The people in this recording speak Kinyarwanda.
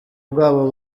bwabo